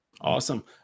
Awesome